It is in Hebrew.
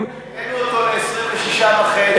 העלינו אותו ל-26.5%.